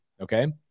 okay